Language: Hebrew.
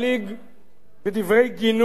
בדברי גינוי, אני אסתפק בכך.